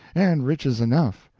and riches enough,